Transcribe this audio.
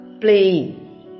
playing